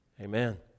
amen